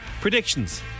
Predictions